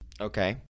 Okay